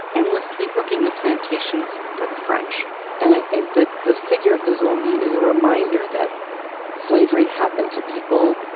endlessly working the plantations for the french and i think that the figure of the zombie is a reminder that slavery happened to people,